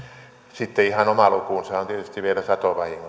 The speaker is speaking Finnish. sitten ihan oma lukunsa on tietysti vielä satovahingot